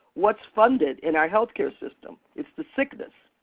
what's funded in our healthcare system? it's the sickness.